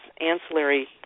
ancillary